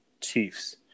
Chiefs